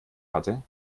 hatte